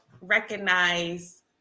recognize